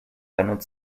bennett